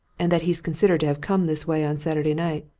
and that he's considered to have come this way on saturday night.